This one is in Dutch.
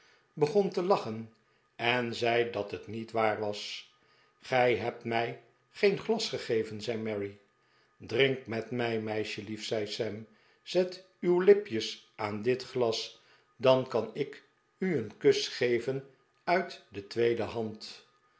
begon te lachen en zei r dat het niet waar was r gij hebt mij geen glas gegeven zei mary drink met mij meisjelief zei sam zet uw lipjes aan dit glas dan kan ik u een kus geven uit de tweede hand